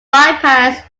bypass